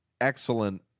excellent